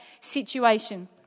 situation